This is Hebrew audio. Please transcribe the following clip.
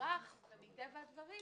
ומקבלים